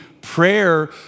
prayer